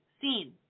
seen